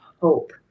hope